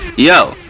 Yo